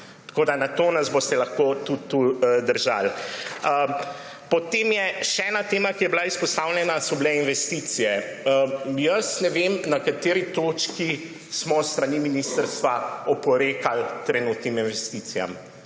Tako da na to nas boste lahko tudi tu držali. Še ena tema, ki je bila izpostavljena, to so bile investicije. Jaz ne vem, na kateri točki smo s strani ministrstva oporekali trenutnim investicijam.